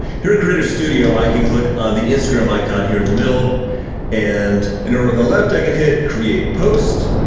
here in creator studio, i can click on the instagram icon here in the middle and over on the left i can hit create post.